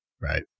Right